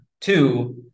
Two